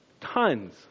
Tons